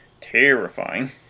terrifying